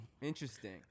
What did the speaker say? interesting